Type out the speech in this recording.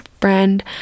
friend